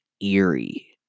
eerie